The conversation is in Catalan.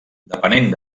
depenent